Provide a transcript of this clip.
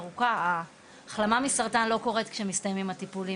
ההחלמה מסרטן לא קורית כשמסתיימים הטיפולים,